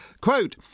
Quote